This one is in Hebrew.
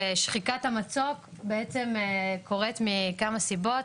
שחיקת המצוק בעצם קורית מכמה סיבות.